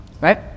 right